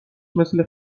مثل